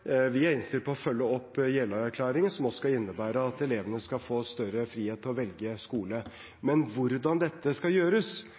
Vi er innstilt på å følge opp Jeløya-erklæringen, som også skal innebære at elevene skal få større frihet til å velge